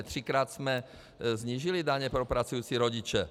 Třikrát jsme snížili daně pro pracující rodiče.